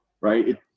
right